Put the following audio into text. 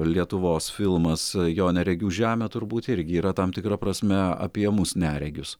lietuvos filmas jo neregių žemė turbūt irgi yra tam tikra prasme apie mus neregius